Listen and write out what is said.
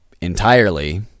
entirely